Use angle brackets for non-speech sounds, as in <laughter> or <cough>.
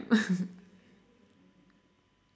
<laughs>